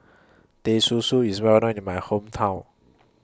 Teh Susu IS Well known in My Hometown